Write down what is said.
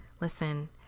listen